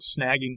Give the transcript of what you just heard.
snagging